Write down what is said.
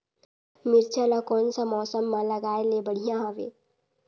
मिरचा ला कोन सा मौसम मां लगाय ले बढ़िया हवे